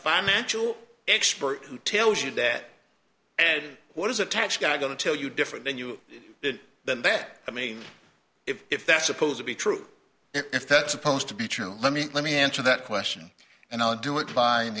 financial expert who tells you that and what is a tax guy going to tell you different than you than that i mean if that's supposed to be true if that supposed to be true let me let me answer that question and i'll do it